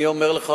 אני אומר לך,